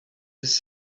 this